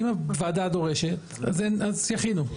אם הוועדה דורשת אז שיכינו,